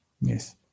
Yes